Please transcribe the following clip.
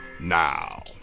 now